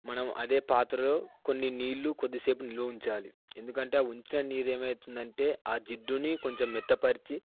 మనం అదే పాత్రలో కొన్ని నీళ్ళు కొద్దిసేపు నిల్వ ఉంచాలి ఎందుకంటే ఆ ఉంచిన నీరు ఏమవుతుందంటే ఆ జిడ్డుని కొంచెం మెత్తపరచి